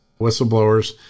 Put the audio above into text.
whistleblowers